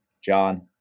John